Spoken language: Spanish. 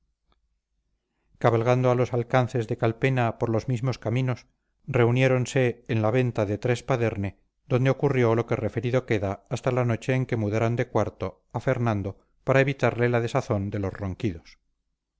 cabalgando a los alcances de calpena por los mismos caminos reuniéronse en la venta de trespaderne donde ocurrió lo que referido queda hasta la noche en que mudaron de cuarto a fernando para evitarle la desazón de los ronquidos